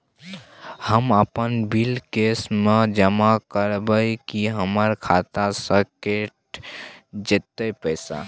हम अपन bill cash म जमा करबै की हमर खाता स कैट जेतै पैसा?